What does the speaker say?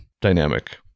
dynamic